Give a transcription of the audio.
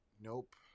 Nope